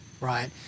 Right